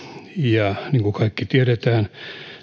ja niin kuin kaikki tiedämme